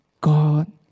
God